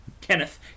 Kenneth